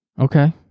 Okay